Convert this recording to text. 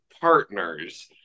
partners